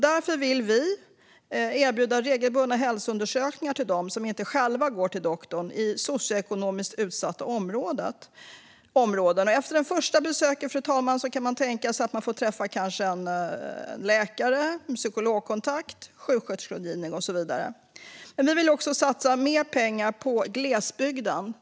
Därför vill vi erbjuda regelbundna hälsoundersökningar för dem i socioekonomiskt utsatta områden som inte själva går till doktorn. Efter det första besöket kan man tänka sig att de kanske får träffa en läkare eller får en psykologkontakt, sjuksköterskerådgivning och så vidare. Vi vill också satsa mer pengar i glesbygden.